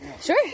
Sure